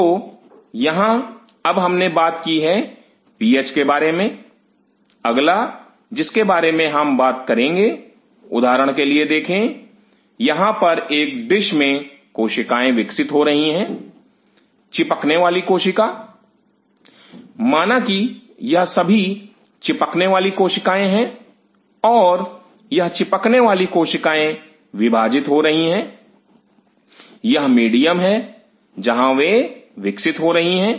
तो यहां अब हमने बात की है पीएच के बारे में अगला जिसके बारे में हम बात करेंगे उदाहरण के लिए देखें यहां पर एक डिश में कोशिकाएं विकसित हो रही हैं चिपकने वाली कोशिका माना कि यह सभी चिपकने वाली कोशिकाएं हैं और यह चिपकने वाली कोशिकाएं विभाजित हो रही हैं यह मीडियम है जहां वे विकसित हो रही हैं